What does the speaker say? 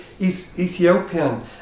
Ethiopian